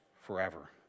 forever